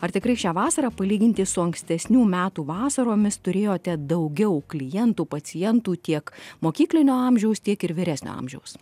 ar tikrai šią vasarą palyginti su ankstesnių metų vasaromis turėjote daugiau klientų pacientų tiek mokyklinio amžiaus tiek ir vyresnio amžiaus